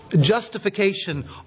Justification